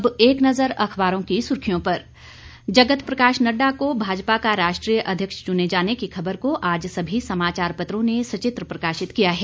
अब एक नजर अखबारों की सुर्खियों पर जगत प्रकाश नड्डा को भाजपा का राष्ट्रीय अध्यक्ष चुने जाने की खबर को आज सभी समाचारपत्रों ने सचित्र प्रकाशित किया है